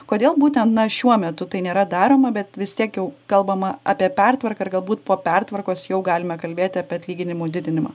kodėl būtent na šiuo metu tai nėra daroma bet vis tiek jau kalbama apie pertvarką ir galbūt po pertvarkos jau galime kalbėti apie atlyginimų didinimą